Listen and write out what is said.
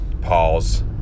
Pause